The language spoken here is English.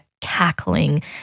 cackling